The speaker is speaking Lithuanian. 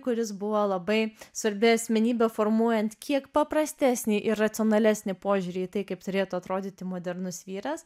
kuris buvo labai svarbi asmenybė formuojant kiek paprastesnį ir racionalesnį požiūrį į tai kaip turėtų atrodyti modernus vyras